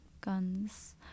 guns